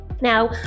Now